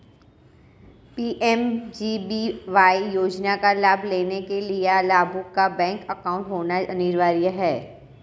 PMJBY योजना का लाभ लेने के लिया लाभुक का बैंक अकाउंट होना अनिवार्य है